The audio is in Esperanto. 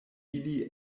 ili